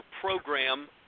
program